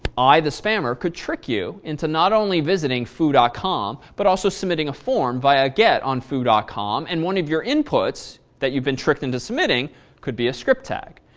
i, the spammer, could trick you into not only visiting foo dot com but also submitting form via get on foo com, and one of your inputs that you've been tricked into submitting could be a script tag.